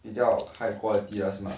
比较 high quality liao 是吗